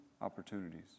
opportunities